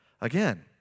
Again